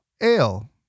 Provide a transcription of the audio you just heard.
Ale